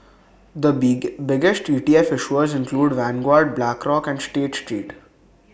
the big biggest E T F issuers include Vanguard Blackrock and state street